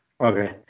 Okay